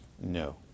No